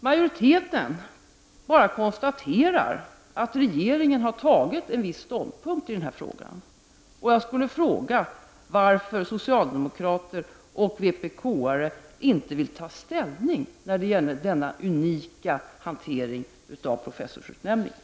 Majoriteten bara konstaterar att regeringen har intagit en viss ståndpunkt i frågan. Varför vill inte socialdemokrater och vpk:are ta ställning till denna unika hantering av en professorsutnämning?